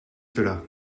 cela